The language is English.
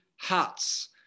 huts